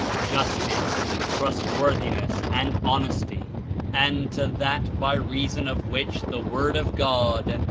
justice, trustworthiness and honesty and to that by reason of which the word of god,